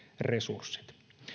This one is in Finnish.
resurssit